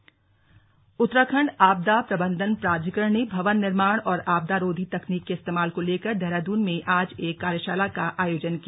आपदा प्रबंधन उत्तराखंड आपदा प्रबंधन प्राधिकरण ने भवन निर्माण और आपदारोधी तकनीक के इस्तेमाल को लेकर देहरादून में आज एक कार्यशाला का आयोजन किया